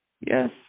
Yes